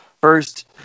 first